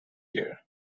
year